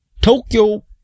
Tokyo